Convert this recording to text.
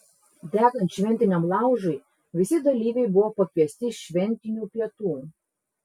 degant šventiniam laužui visi dalyviai buvo pakviesti šventinių pietų